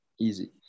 easy